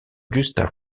gustav